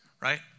right